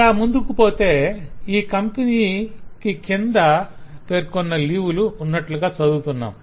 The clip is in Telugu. ఇలా ముందుకు పొతే కంపెనీకి ఈ కింద పేర్కొన్న లీవ్ లు సెలవులు ఉన్నట్లుగా చదువుతున్నాం